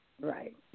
Right